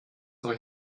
euch